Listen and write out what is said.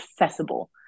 accessible